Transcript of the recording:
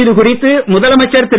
இது குறித்து முதலமைச்சர் திரு